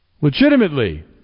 Legitimately